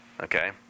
Okay